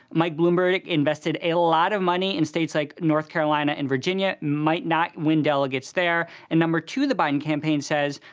mike bloomberg invested a lot of money in states like north carolina and virginia, might not win delegates there. and, number two, the biden campaign says,